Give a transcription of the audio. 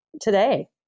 today